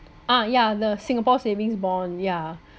ah ya the singapore savings bond ya